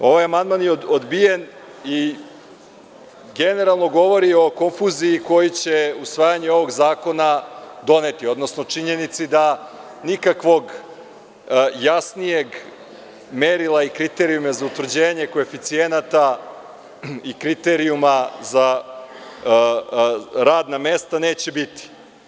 Ovaj amandman je odbijen i generalno govori o konfuziji koju će usvajanje ovog zakona doneti, odnosno činjenici da nikakvog jasnijeg merila i kriterijuma za utvrđenje koeficijenata i kriterijuma za radna mesta neće biti.